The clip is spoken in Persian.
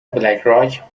بلکراک